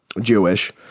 Jewish